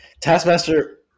Taskmaster